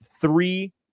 three